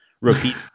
repeat